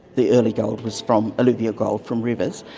the early gold was from alluvial gold, from rivers,